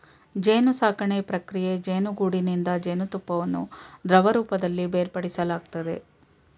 ಜೇನುಸಾಕಣೆ ಪ್ರಕ್ರಿಯೆ ಜೇನುಗೂಡಿನಿಂದ ಜೇನುತುಪ್ಪವನ್ನು ದ್ರವರೂಪದಲ್ಲಿ ಬೇರ್ಪಡಿಸಲಾಗ್ತದೆ